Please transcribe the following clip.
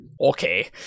Okay